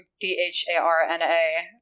D-H-A-R-N-A